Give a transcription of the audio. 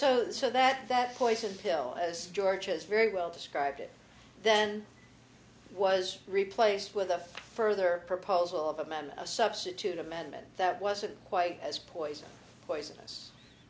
the so that that poison pill as george has very well described it then was replaced with a further proposal of a man a substitute amendment that wasn't quite as poisonous poisonous